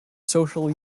social